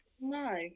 No